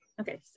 Okay